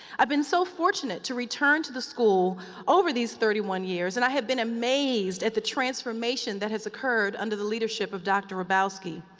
i've been so fortunate to return to the school over these thirty one years. and i have been amazed at the transformation that has occurred under the leadership of dr. hrabowski.